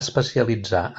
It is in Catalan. especialitzar